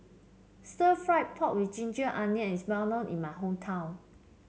Stir Fried Pork with Ginger Onions is well known in my hometown